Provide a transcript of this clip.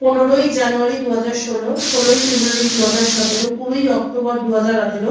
পনেরোই জানুয়ারি দুহাজার ষোলো ষোলোই ফেব্রুয়ারি দুহাজার সাতেরো কুড়ি অক্টোবর দুহাজার আঠেরো